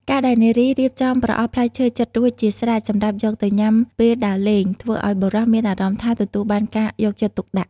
ការដែលនារីរៀបចំប្រអប់ផ្លែឈើចិតរួចជាស្រេចសម្រាប់យកទៅញ៉ាំពេលដើរលេង ធ្វើឱ្យបុរសមានអារម្មណ៍ថាទទួលបានការយកចិត្តទុកដាក់។